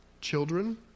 children